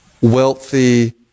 wealthy